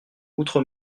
outre